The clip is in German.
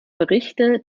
berichte